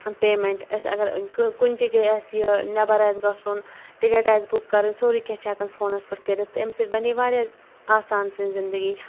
payment أسۍ اَگَر کُنہِ تہِ جایہِ آسہِ یہِ نیٚبَر آسہِ گَژھُن ٹِکٹ آسہِ بُک کَرُن سورُے کینٛہہ چھُ فونَس پیٹھ کٔرِتھ امہِ سۭتۍ بَنے واریاہ آسان سٲنۍ زِندِگی